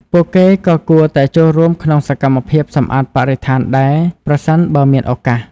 ពួកគេក៏គួរតែចូលរួមក្នុងសកម្មភាពសម្អាតបរិស្ថានដែរ ប្រសិនបើមានឱកាស។